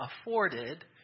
afforded